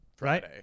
Right